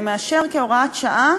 אני מאשר כהוראת שעה,